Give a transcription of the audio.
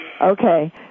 Okay